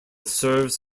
serves